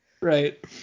Right